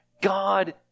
God